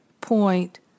point